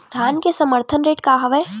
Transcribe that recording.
धान के समर्थन रेट का हवाय?